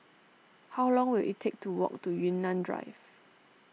how long will it take to walk to Yunnan Drive